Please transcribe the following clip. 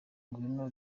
urukundo